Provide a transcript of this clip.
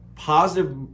positive